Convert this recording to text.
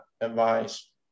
advice